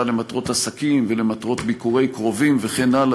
למטרות עסקים ולמטרות ביקורי קרובים וכן הלאה,